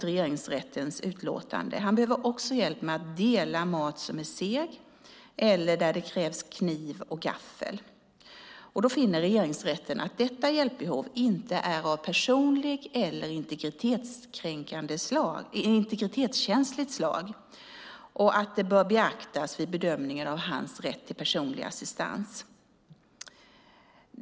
Han behöver också hjälp med att dela mat som är seg eller där det krävs kniv och gaffel. Regeringsrätten finner att detta hjälpbehov inte är av det personliga och integritetskänsliga slag att det bör beaktas vid bedömningen av hans rätt till personlig assistans."